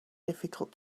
difficult